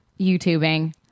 YouTubing